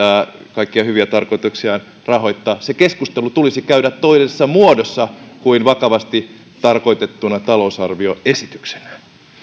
kaikkia hyviä tarkoituksiaan rahoittaa se keskustelu tulisi käydä toisessa muodossa kuin vakavasti tarkoitettuna talousarvioesityksenä